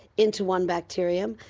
into one bacterium.